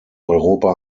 europa